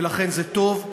ולכן זה טוב.